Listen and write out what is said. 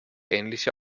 ähnliche